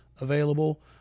available